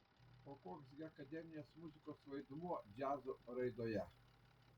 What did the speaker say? o koks gi akademinės muzikos vaidmuo džiazo raidoje